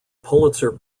pulitzer